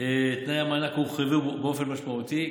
תנאי המענק הורחבו באופן משמעותי,